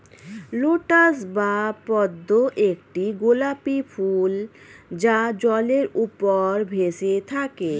lotus বা পদ্ম একটি গোলাপী ফুল যা জলের উপর ভেসে থাকে